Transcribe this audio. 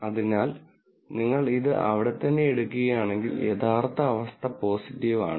അതിനാൽ നിങ്ങൾ ഇത് ഇവിടെത്തന്നെ എടുക്കുകയാണെങ്കിൽ യഥാർത്ഥ അവസ്ഥ പോസിറ്റീവ് ആണ്